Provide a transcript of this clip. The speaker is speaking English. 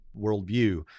worldview